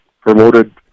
promoted